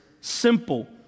simple